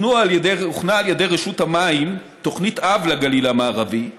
הוכנה על ידי רשות המים תוכנית אב לגליל המערבי,